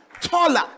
taller